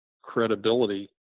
credibility